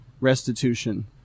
restitution